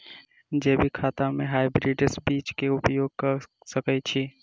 जैविक खेती म हायब्रिडस बीज कऽ उपयोग कऽ सकैय छी?